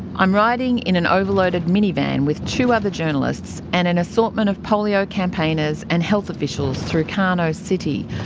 i'm riding in an overloaded minivan with two other journalists and an assortment of polio campaigners and health officials through kano city,